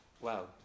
Wow